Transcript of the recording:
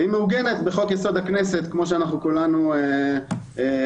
היא מעוגנת בחוק-יסוד: הכנסת כמו שכולנו יודעים.